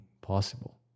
possible